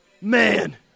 Man